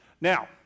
now